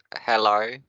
hello